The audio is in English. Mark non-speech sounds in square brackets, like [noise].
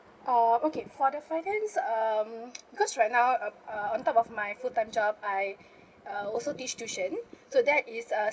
oh okay for the finance um [noise] because right now uh uh on top of my full time job I uh also teach tuition so that is a